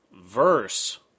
verse